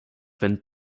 went